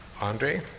Andre